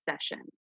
session